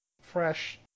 fresh